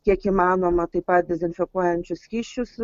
kiek įmanoma taip pat dezinfekuojančius skysčius